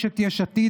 יש את יש עתיד,